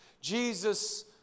Jesus